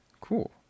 Cool